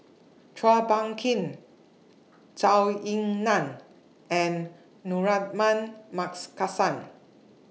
Chua Phung Kim Zhou Ying NAN and Man Marks